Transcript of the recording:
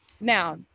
Now